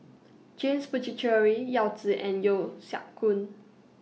James Puthucheary Yao Zi and Yeo Siak Goon